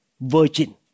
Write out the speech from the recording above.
virgin